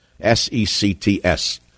S-E-C-T-S